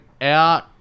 out